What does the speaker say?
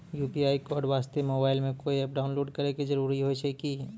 UPI code वास्ते mobile मे कोय एप्प डाउनलोड करे के जरूरी होय छै की?